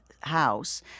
house